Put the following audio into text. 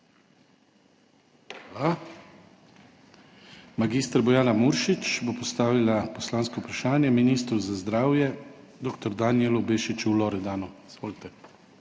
Hvala. Mag. Bojana Muršič bo postavila poslansko vprašanje ministru za zdravje dr. Danijelu Bešiču v Loredanu. Izvolite.